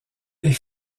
est